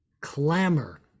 clamor